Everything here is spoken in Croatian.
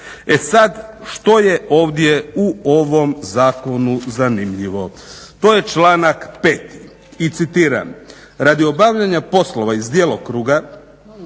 E sad što je ovdje u ovom zakonu zanimljivo? To je članak 5.i citiram: